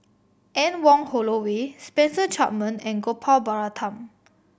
Anne Wong Holloway Spencer Chapman and Gopal Baratham